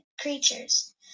creatures